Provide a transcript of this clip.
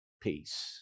peace